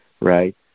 right